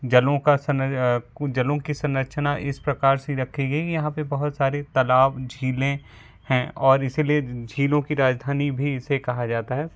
जलों का जलों की संरचना इस प्रकार से रखी गई यहाँ पर बहुत सारे तलाब झीलें हैं और इसीलिए झीलों की राजधानी भी इसे कहा जाता है